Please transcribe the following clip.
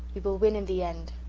we will win in the end.